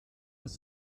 das